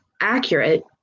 accurate